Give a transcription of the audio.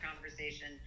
conversation